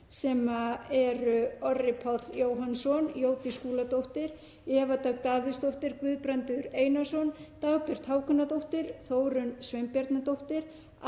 sem eru Orri Páll Jóhannsson, Jódís Skúladóttir, Eva Dögg Davíðsdóttir, Guðbrandur Einarsson, Dagbjört Hákonardóttir, Þórunn Sveinbjarnardóttir,